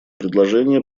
предложение